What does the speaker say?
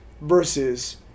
versus